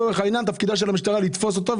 תפקידה של המשטרה לתפוס אותו,